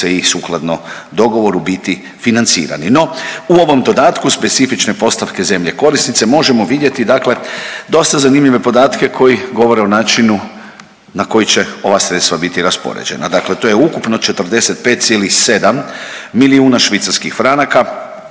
i sukladno dogovoru biti financirani. No u ovom dodatku specifične postavke zemlje korisnice možemo vidjeti dakle dosta zanimljive podatke koji govore o načinu na koji će ova sredstva biti raspoređena, dakle to je ukupno 45,7 milijuna švicarskih franaka